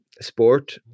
sport